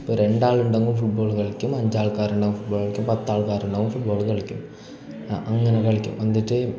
ഇപ്പം രണ്ടാളുണ്ടെങ്കിൽ ഫുട്ബോൾ കളിക്കും അഞ്ചാൾക്കാരുണ്ടെ ഫുടബോൾ കളിക്കും പത്താൾക്കാരുണ്ടാകുമ്പം ഫുട്ബോൾ കളിക്കും അ അങ്ങനെ കളിക്കും എന്നിട്ട്